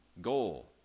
goal